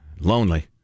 Lonely